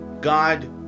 God